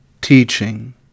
teaching